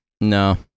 No